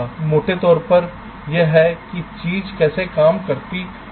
तो मोटे तौर पर यह है कि चीजें कैसे काम करती हैं